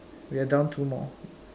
we are down two more